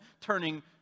turning